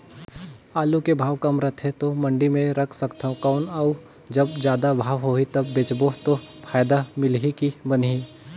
आलू के भाव कम रथे तो मंडी मे रख सकथव कौन अउ जब जादा भाव होही तब बेचबो तो फायदा मिलही की बनही?